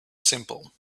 simple